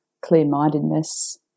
clear-mindedness